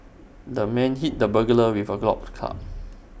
the man hit the burglar with A golf club